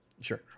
Sure